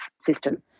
system